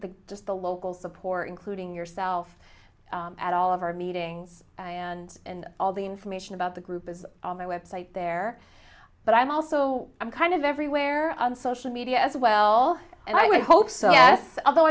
the just the local support including yourself at all of our meetings and and all the information about the group is on my website there but i'm also i'm kind of everywhere on social media as well and i would hope so yes although